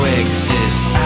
exist